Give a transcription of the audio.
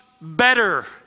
better